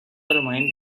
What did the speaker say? bermain